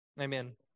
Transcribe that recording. Amen